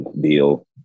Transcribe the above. deal